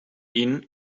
ihnen